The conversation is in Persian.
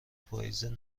پاییز